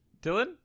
Dylan